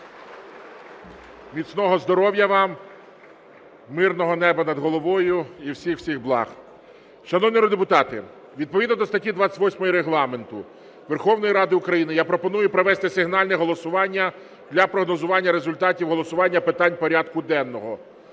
Міцного здоров'я вам, мирного неба над головою і всіх-всіх благ. (Оплески) Шановні народні депутати, відповідно до статті 28 Регламенту Верховної Ради України я пропоную провести сигнальне голосування для прогнозування результатів голосування питань порядку денного.